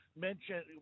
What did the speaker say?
mentioned